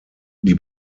die